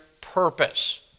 purpose